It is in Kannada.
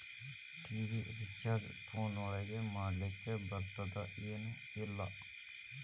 ಟಿ.ವಿ ರಿಚಾರ್ಜ್ ಫೋನ್ ಒಳಗ ಮಾಡ್ಲಿಕ್ ಬರ್ತಾದ ಏನ್ ಇಲ್ಲ?